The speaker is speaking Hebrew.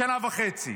בשנה וחצי.